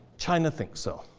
china thinks so.